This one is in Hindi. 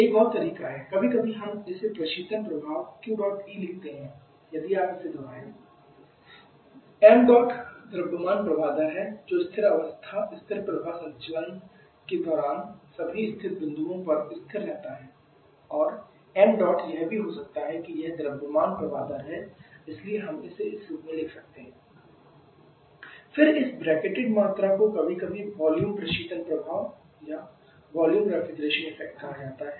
एक और तरीका है कभी कभी हम इसे प्रशीतन प्रभाव Qdot E लिखते हैं यदि आप इसे दोहराते हैं QEmh1 h4 ṁ द्रव्यमान प्रवाह दर है जो स्थिर अवस्था स्थिर प्रवाह संचालन के दौरान सभी स्थित बिंदुओं पर स्थिर रहता है और ṁ यह भी हो सकता है कि यह द्रव्यमान प्रवाह दर है इसलिए हम इसे इस रूप में भी लिख सकते हैं QEmh1 h4V1v1h1 h4V1h1 h4v1 फिर इस ब्रैकेटेड मात्रा को कभी कभी वॉल्यूम प्रशीतन प्रभाव कहा जाता है